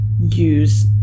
use